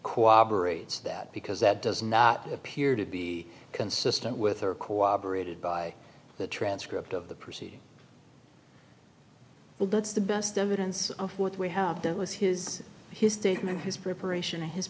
cooperates that because that does not appear to be consistent with her cooperated by the transcript of the proceeding well that's the best evidence of what we have done was his his statement his preparation